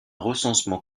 recensement